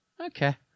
Okay